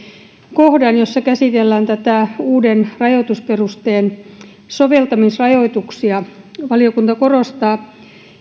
kohdan jossa käsitellään uuden rajoitusperusteen soveltamisrajoituksia valiokunta korostaa